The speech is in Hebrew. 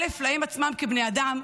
להם עצמם כבני אדם,